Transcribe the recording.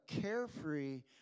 carefree